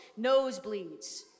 nosebleeds